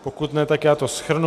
Pokud ne, tak já to shrnu.